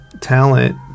talent